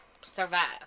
survive